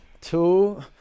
two